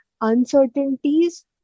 uncertainties